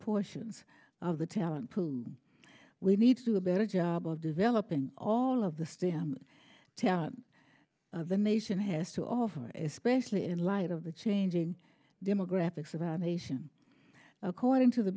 portions of the talent pool we need to do a better job of developing all of the stem to out of the nation has to offer especially in light of the changing demographics of our nation according to the